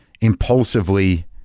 impulsively